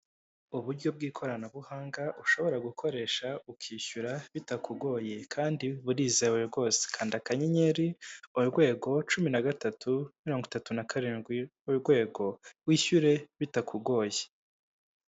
Uburyo bw'ikoranabuhanga ushobora gukoresha ukishyura bitakugoye kandi burizewe rwose kanda akanyenyeri urwego cumi na gatatu mirongo itatu nakarindwi urwego wishyure bitakugoye.